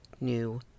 new